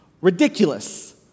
ridiculous